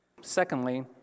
Secondly